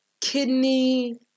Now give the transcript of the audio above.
kidney